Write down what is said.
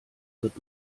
wird